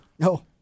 No